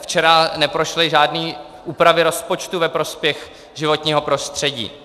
Včera neprošly žádné úpravy rozpočtu ve prospěch životního prostředí.